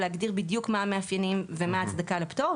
בדיוק מהם המאפיינים ומהי ההצדקה לפטור.